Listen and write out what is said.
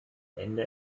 ende